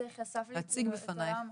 זה די חשף לי את עולם המחשבים.